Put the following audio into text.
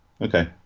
Okay